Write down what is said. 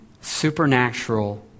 supernatural